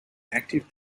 active